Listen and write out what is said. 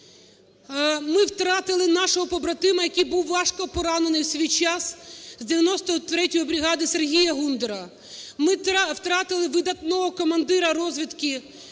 Ми втратили нашого побратима, який був важко поранений в свій час, з 93-ї бригади Сергія Гундера. Ми втратили видатного командира розвідки